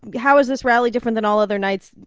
how is this rally different than all other nights?